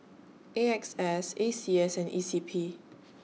A X S A C S and E C P